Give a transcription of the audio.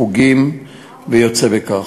חוגים וכיוצא בכך.